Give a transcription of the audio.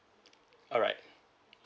alright